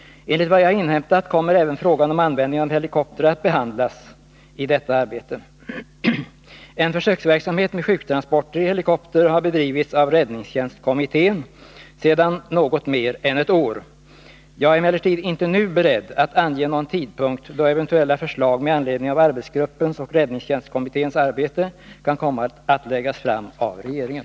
Enligt vad jag har inhämtat kommer även frågan om användningen av helikoptrar att behandlas. En försöksverksamhet med sjuktransporter i helikopter har bedrivits av räddningstjänstkommittén sedan något mer än ett år. Jag är emellertid inte nu beredd att ange någon tidpunkt då eventuella förslag med anledning av arbetsgruppens och räddningstjänstkommitténs arbete kan komma att läggas fram av regeringen.